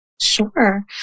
Sure